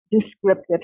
Descriptive